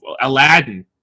Aladdin